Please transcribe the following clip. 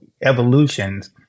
evolutions